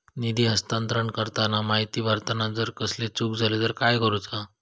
निधी हस्तांतरण करताना माहिती भरताना जर कसलीय चूक जाली तर काय करूचा?